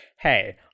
hey